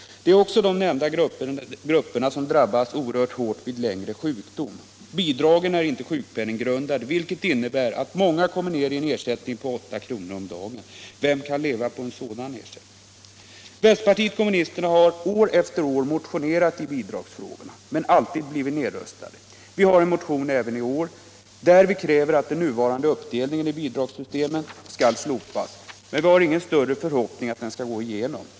Det är också de nämnda grupperna som drabbas oerhört hårt vid längre tids sjukdom. Bidragen är inte sjukpenninggrundande, vilket innebär att många kommer ner i en sjukersättning på 8 kr. om dagen. Vem kan leva på en sådan ersättning? Vänsterpartiet kommunisterna har år efter år motionerat i bidragsfrågorna men alltid blivit nedröstade. Vi har som sagt en motion även i år, där vi kräver att den nuvarande uppdelningen i bidragssystemet skall slopas. Men vi har ingen större förhoppning om att den skall gå igenom.